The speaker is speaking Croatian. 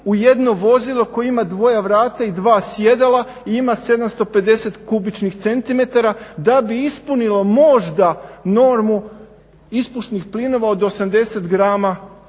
u jedno vozilo koje ima dvoja vrata i dva sjedala i ima 750 kubičnih centimetara, da bi ispunilo možda normu ispušnih plinova od 80 grama